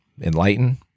enlighten